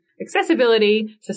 accessibility